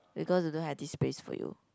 because they don't have this space for you